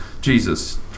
Jesus